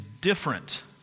different